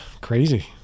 crazy